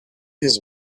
his